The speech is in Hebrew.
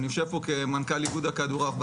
אני יושב פה כמנכ"ל איגוד הכדורעף.